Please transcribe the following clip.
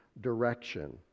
direction